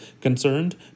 Concerned